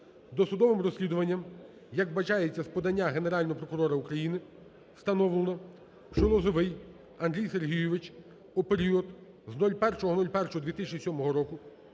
Досудовим розслідуванням, як вбачається з подання Генерального прокурора України, встановлено, що Лозовой Андрій Сергійович у період з 01.01.2007 року